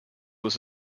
was